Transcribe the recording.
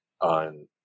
on